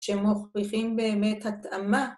‫שמוכיחים באמת התאמה.